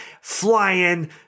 flying